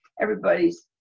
Everybody's